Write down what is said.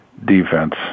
Defense